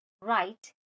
right